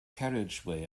carriageway